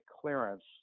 clearance